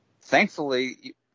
Thankfully